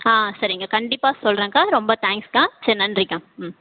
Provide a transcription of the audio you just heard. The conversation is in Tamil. சரிங்க கண்டிப்பாக சொல்கிறேங்க்கா ரொம்ப தேங்க்ஸ்க்கா சரி நன்றிக்கா ம்